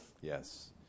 yes